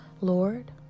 Lord